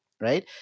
Right